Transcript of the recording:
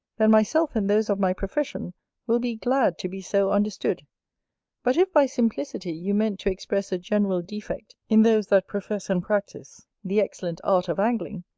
then myself and those of my profession will be glad to be so understood but if by simplicity you meant to express a general defect in those that profess and practice the excellent art of angling,